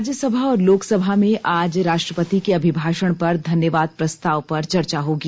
राज्यसभा और लोकसभा में आज राष्ट्रपति के अभिभाषण पर धन्यवाद प्रस्ताव पर चर्चा होगी